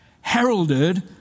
heralded